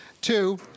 Two